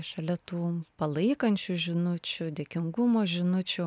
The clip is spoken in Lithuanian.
šalia tų palaikančių žinučių dėkingumo žinučių